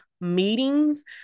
meetings